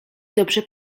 dobrze